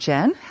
Jen